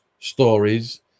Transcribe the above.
stories